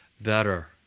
better